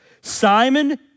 Simon